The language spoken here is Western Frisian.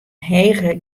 hege